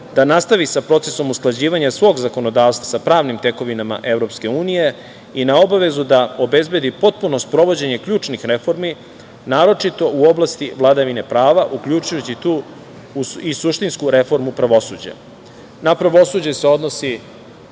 da nastavi sa procesom usklađivanja svog zakonodavstva sa pravnim tekovinama EU i na obavezu da obezbedi potpuno sprovođenje ključnih reformi, naročito u oblasti vladavine prava, uključujući tu i suštinsku reformu pravosuđa. Na pravosuđe se odnosi